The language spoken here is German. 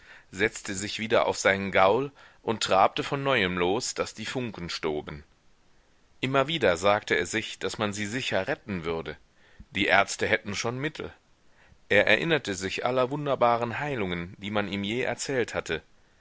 setzte sich wieder auf seinen gaul und trabte von neuem los daß die funken stoben immer wieder sagte er sich daß man sie sicher retten würde die ärzte hätten schon mittel er erinnerte sich aller wunderbaren heilungen die man ihm je erzählt hatte